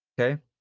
Okay